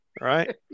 Right